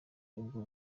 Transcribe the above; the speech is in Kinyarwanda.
ubwo